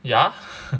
ya